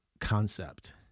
concept